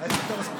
איזה מנסור?